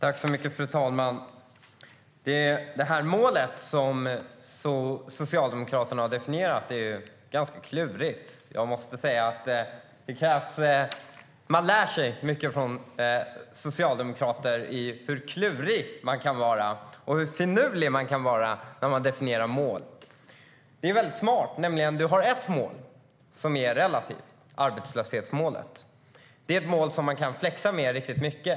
Fru talman! Det mål som Socialdemokraterna har definierat är ganska klurigt. Jag måste säga att man lär sig mycket av socialdemokrater om hur klurig och finurlig man kan vara när man definierar mål. Det är väldigt smart. Man har ett mål som är relativt: arbetslöshetsmålet. Det är ett mål som man kan flexa med riktigt mycket.